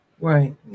Right